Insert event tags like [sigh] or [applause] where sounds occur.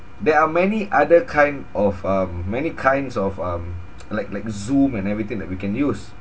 there are many other kind of um many kinds of um [noise] like like zoom and everything that we can use